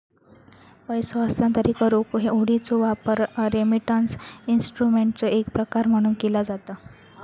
पैसो हस्तांतरित करुक हुंडीचो वापर रेमिटन्स इन्स्ट्रुमेंटचो एक प्रकार म्हणून केला जाता